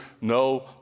no